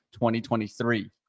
2023